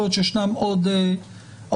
יכול להיות שישנם עוד דברים.